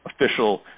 official